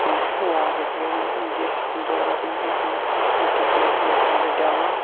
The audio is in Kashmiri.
تِم وٕچھ مےٚ واریاہ تکیاز مےٚ باسان ییٚتھ دورَس مَنٛز گٔے ہِندوستانَس مَنٛز ٹیٚکنالجی زیادٕ ڈیٚولَپ